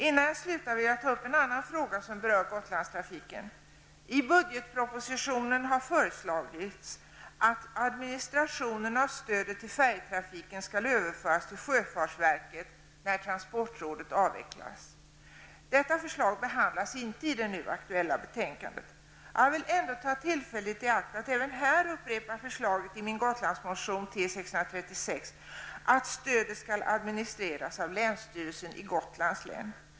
Innan jag slutar vill jag ta upp en annan fråga som berör Gotlandstrafiken. I budgetpropositionen har föreslagits att administrationen av stödet till färjetrafiken skall överföras till sjöfartsverket när transportrådet avvecklas. Detta förslag behandlas inte i det nu aktuella betänkandet. Jag vill ändå ta tillfället i akt att även här upprepa förslaget i min Gotlandsmotion T636 att stödet skall administreras av länsstyrelsen i Gotlands län.